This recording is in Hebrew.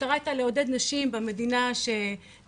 המטרה הייתה לעודד נשים במדינה שמתהווה,